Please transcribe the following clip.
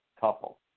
couple